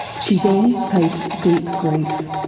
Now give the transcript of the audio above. she then faced deep grief.